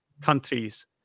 countries